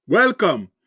Welcome